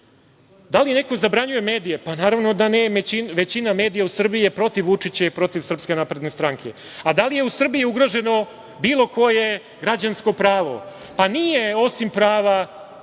Da li neko zabranjuje medije? Pa naravno da ne. Većina medija u Srbiji je protiv Vučića i protiv SNS. Da li je u Srbiji ugroženo bilo koje građansko pravo? Nije, osim prava